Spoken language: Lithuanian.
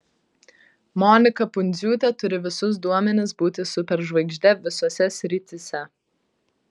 monika pundziūtė turi visus duomenis būti superžvaigžde visose srityse